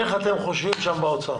איך אתם חושבים שם באוצר.